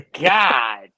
god